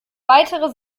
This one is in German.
weitere